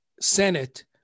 Senate